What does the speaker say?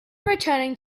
returning